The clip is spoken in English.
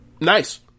Nice